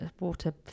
Water